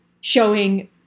showing